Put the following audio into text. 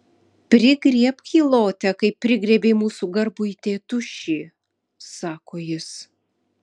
prigriebk jį lote kaip prigriebei mūsų garbųjį tėtušį sako jis